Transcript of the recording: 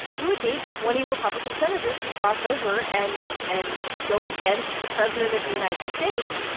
you would need twenty republican senators to cross over and and go against the president of the united states.